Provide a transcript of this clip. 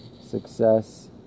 Success